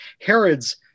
Herod's